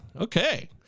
Okay